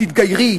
תתגיירי,